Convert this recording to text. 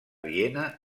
viena